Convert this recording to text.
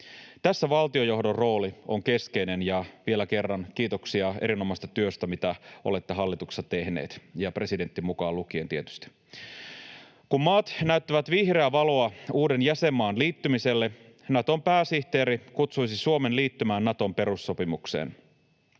Tässä valtionjohdon rooli on keskeinen, ja vielä kerran kiitoksia erinomaisesta työstä, mitä olette hallituksessa tehneet — ja presidentti mukaan lukien tietysti. Kun maat näyttävät vihreää valoa uuden jäsenmaan liittymiselle, Naton pääsihteeri kutsuisi Suomen liittymään Naton perussopimukseen.